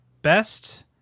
Best